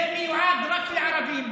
זה מיועד רק לערבים,